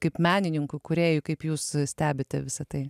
kaip menininkų kūrėjų kaip jūs stebite visa tai